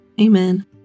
Amen